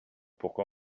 pourquoi